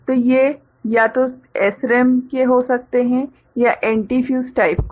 तो ये या तो SRAM के हो सकते हैं या एंटीफ्यूज टाइप कुछ